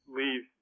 leave